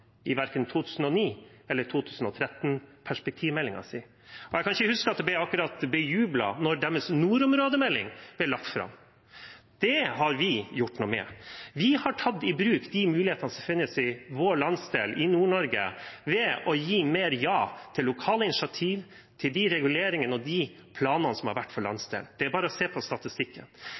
i verken 2009- eller 2013-perspektivmeldingen sin, og jeg kan ikke huske at det akkurat ble jublet da deres nordområdemelding ble lagt fram. Det har vi gjort noe med. Vi har tatt i bruk de mulighetene som finnes i vår landsdel, i Nord-Norge, ved å si mer ja til lokale initiativ, til de reguleringene og de planene som har vært for landsdelen. Det er bare å se på statistikken.